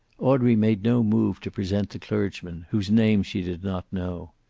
audrey made no move to present the clergyman, whose name she did not know.